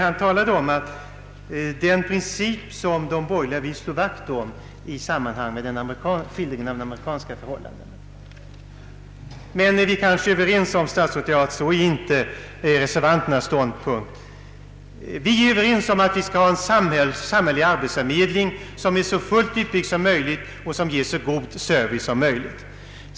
Han talade emellertid om den princip som de borgerliga vill slå vakt om och nämnde i sammanhanget vad som tillämpas i Amerika. Men statsrådet och jag är kanske överens om att reservanterna inte intar en sådan ståndpunkt. Vi är överens om att vi skall ha en samhällelig arbetsförmedling som är så väl utbyggd som möjligt och ger så god service som möjligt.